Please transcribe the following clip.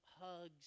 hugs